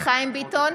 חיים ביטון,